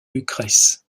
lucrèce